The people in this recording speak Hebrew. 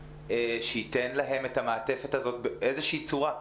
שייתן להם את המעטפת הזאת באיזושהי צורה.